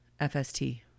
FST